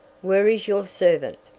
where is your servant?